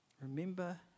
remember